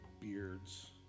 beards